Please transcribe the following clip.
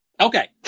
Okay